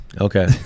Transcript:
Okay